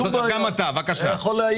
גם אתה בקריאה ראשונה.